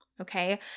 okay